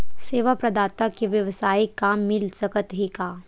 सेवा प्रदाता के वेवसायिक काम मिल सकत हे का?